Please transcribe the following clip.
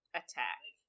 attack